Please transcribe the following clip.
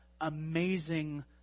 amazing